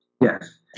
Yes